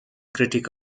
critic